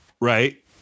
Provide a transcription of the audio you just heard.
Right